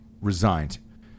resigned